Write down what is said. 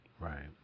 Right